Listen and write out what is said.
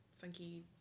funky